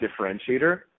differentiator